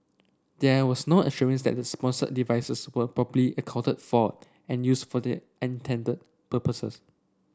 there was no assurance that the sponsored devices were properly accounted for and used for the intended purposes